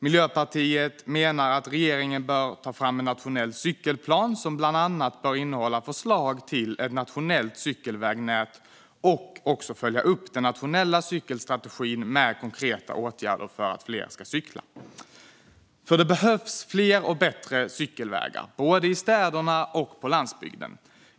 Miljöpartiet menar att regeringen bör ta fram en nationell cykelplan som bland annat bör innehålla förslag till ett nationellt cykelvägnät och också följa upp den nationella cykelstrategin med konkreta åtgärder för att fler ska cykla. Det behövs fler och bättre cykelvägar både i städerna och på landsbygden.